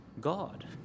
God